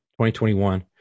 2021